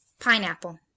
Pineapple